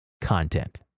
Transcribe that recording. content